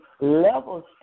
levels